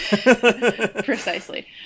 Precisely